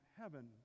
heaven